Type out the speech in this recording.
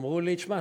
אמרו לי: תשמע,